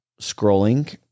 scrolling